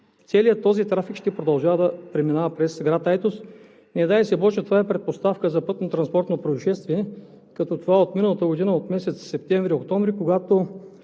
целият този трафик ще продължава да преминава през град Айтос. Не дай си боже, това е предпоставка за пътнотранспортно произшествие като това от миналата година – от месец септември-октомври, когато,